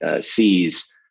sees